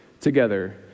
together